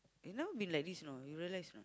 you know be like this you know you realise or not